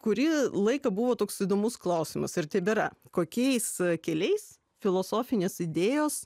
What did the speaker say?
kurį laiką buvo toks įdomus klausimas ir tebėra kokiais keliais filosofinės idėjos